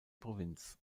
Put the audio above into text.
provinz